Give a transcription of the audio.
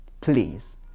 please